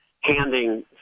handing